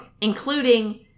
including